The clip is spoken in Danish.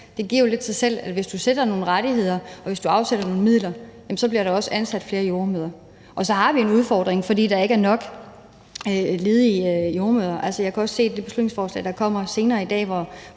Det giver jo lidt sig selv, at hvis du fastsætter nogle rettigheder og afsætter nogle midler, så bliver der også ansat flere jordemødre. Så har vi en udfordring, fordi der ikke er nok ledige jordemødre. Altså, jeg kan også se, at der i det beslutningsforslag, der kommer senere i dag, er